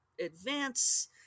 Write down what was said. advance